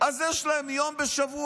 אז יש להם יום בשבוע